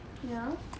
ya